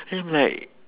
then I'm like